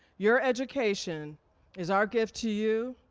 your education is our gift to you.